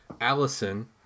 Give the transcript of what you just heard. Allison